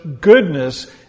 goodness